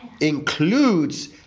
includes